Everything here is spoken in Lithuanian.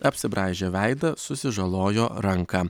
apsibraižė veidą susižalojo ranką